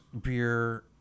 beer